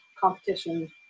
competition